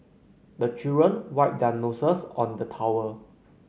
the children wipe their noses on the towel